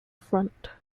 front